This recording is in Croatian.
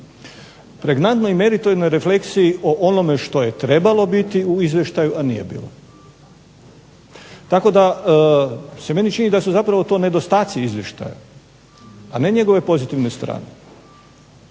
Pregnantnoj i meritornoj refleksiji o onome što je trebalo biti u izvještaju a nije bilo. Tako da se meni čini da su to nedostaci izvještaja, a ne njegove pozitivne strane.